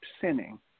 sinning